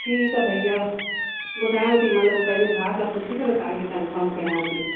ठीकु आहे भईया ॿुधायांव थी मतिलब पंहिंजे भाउ खां पुछी करे तव्हांखे कंफ़र्म कयां थी